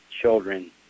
children